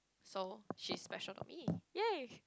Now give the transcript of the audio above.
so she's special to me yay